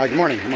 like morning.